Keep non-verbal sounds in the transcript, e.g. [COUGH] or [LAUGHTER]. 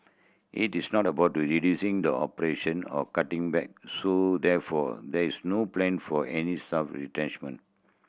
it is not about [UNINTELLIGIBLE] reducing the operation or cutting back so therefore there is no plan for any staff retrenchment